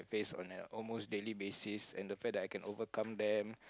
face on an almost daily basis and the fact that I can overcome them